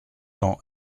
tend